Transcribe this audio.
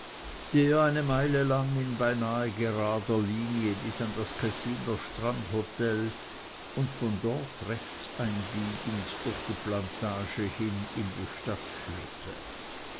eine meile lang in beinahe gerader linie bis an das kessiner strandhotel und von dort aus rechts einbiegend durch die plantage hin in die stadt führte